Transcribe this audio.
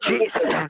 Jesus